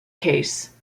case